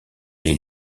les